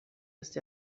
ist